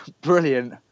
brilliant